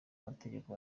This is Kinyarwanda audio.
mategeko